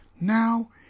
now